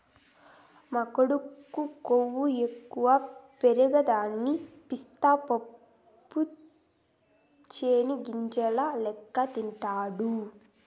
మా కొడుకు కొవ్వు ఎక్కువ పెరగదని పిస్తా పప్పు చెనిగ్గింజల లెక్క తింటాండాడు